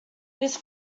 his